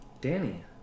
Danny